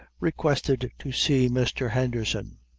requested to see mr. henderson.